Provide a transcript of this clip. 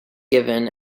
given